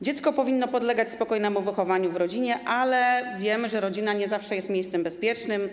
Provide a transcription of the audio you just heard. Dziecko powinno podlegać spokojnemu wychowaniu w rodzinie, ale wiemy, że rodzina nie zawsze jest miejscem bezpiecznym.